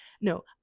No